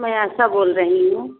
मैं आशा बोल रही हूँ